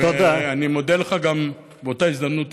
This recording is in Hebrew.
אני מודה לך באותה הזדמנות,